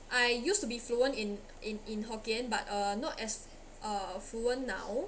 I used to be fluent in in in hokkien but uh not as uh fluent now